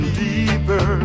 deeper